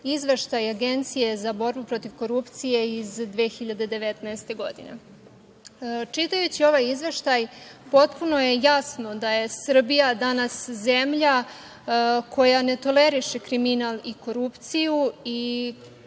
izveštaj Agencije za borbu protiv korupcije iz 2019. godine. Čitajući ovaj izveštaj, potpuno je jasno da je Srbija danas zemlja koja ne toleriše kriminal i korupciju i